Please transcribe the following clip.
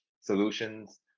solutions